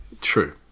true